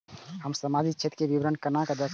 हम सामाजिक क्षेत्र के विवरण केना देखब?